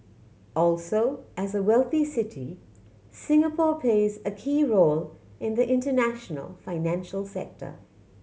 also as a wealthy city Singapore plays a key role in the international financial sector